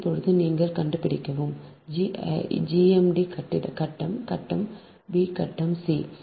இப்போது நீங்களே கண்டுபிடிக்கவும் gmd கட்டம் கட்டம் b கட்டம்சி c